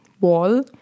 wall